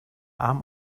arm